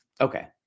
Okay